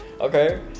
okay